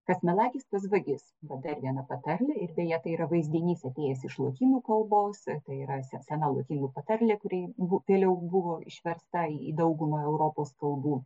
kas melagis tas vagis na dar viena patarlė ir beje tai yra vaizdinys atėjęs iš lotynų kalbos tai yra se sena lotynų patarlė kuri bu vėliau buvo išversta į dauguma europos kalbų